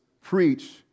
preach